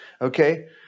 okay